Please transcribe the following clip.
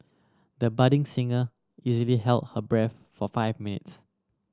the budding singer easily held her breath for five minutes